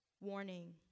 Warning